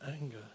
anger